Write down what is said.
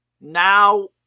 Now